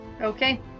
Okay